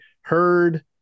Heard